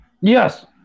Yes